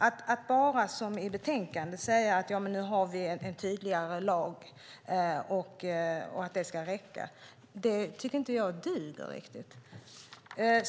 Att bara som i betänkandet säga att vi nu har en tydligare lag och att det ska räcka duger inte.